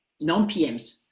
non-PMs